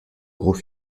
gros